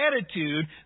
attitude